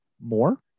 more